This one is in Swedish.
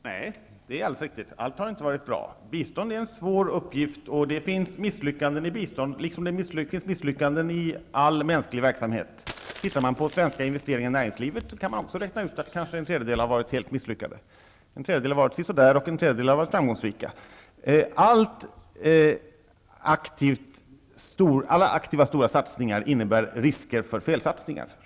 Herr talman! Det är alldeles riktigt att allt inte har varit bra. Bistånd är en svår uppgift. Det finns misslyckanden i bistånd liksom det finns misslyckanden i all mänsklig verksamhet. Om man tittar på svenska investeringar i näringslivet kan man också räkna ut att kanske en tredjedel har varit helt misslyckade, en tredjedel har varit sisådär och en tredjedel har varit framgångsrika. Alla aktiva stora satsningar innebär självfallet risker för felsatsningar.